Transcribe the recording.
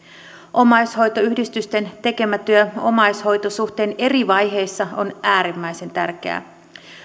omaishoitoyhdistysten tekemä työ omaishoitosuhteen eri vaiheissa on äärimmäisen tärkeää